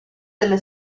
delle